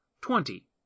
twenty